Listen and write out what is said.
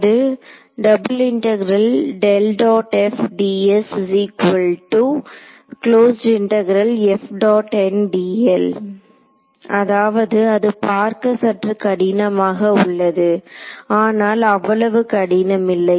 அது அதாவது இது பார்க்க சற்று கடினமாக உள்ளது ஆனால் அவ்வளவு கடினமில்லை